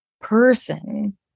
person